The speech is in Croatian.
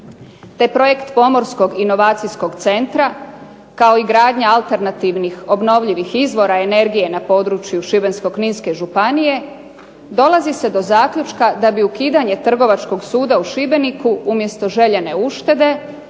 te projekt pomorskog inovacijskog centra kao i gradnja alternativnih obnovljivih izvora energije na području Šibensko-kninske županije dolazi se do zaključka da bi ukidanje Trgovačkog suda u Šibeniku umjesto željene uštede